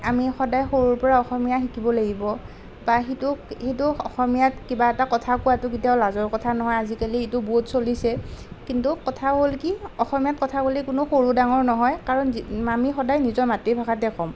আমি সদায় সৰুৰ পৰাই অসমীয়া শিকিব লাগিব বা সেইটোক সেইটোক অসমীয়াত কিবা এটা কথা কোৱাটো কেতিয়াও লাজৰ কথা নহয় আজিকালি সেইটো বহুত চলিছে কিন্তু কথা হ'ল কি অসমীয়াত কথা ক'লে কোনো সৰু ডাঙৰ নহয় কাৰণ যি আমি সদায় নিজৰ মাতৃভাষাটোৱেই ক'ম